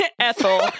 Ethel